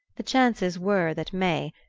the chances were that may,